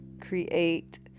create